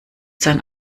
sein